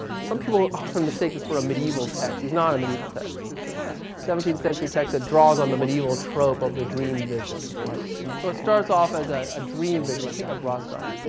some people often mistake this for a medieval text. it's not a medieval text. it's a seventeenth century text that draws on the medieval trope of the dream vision. so it starts off as a a dream vision i think i brought some,